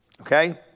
okay